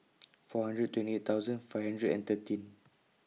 four hundred and twenty eight thousand five hundred and thirteen